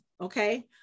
okay